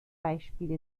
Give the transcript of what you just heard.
beispiele